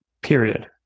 Period